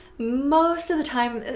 most of the time,